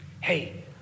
Hey